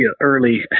early